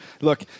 Look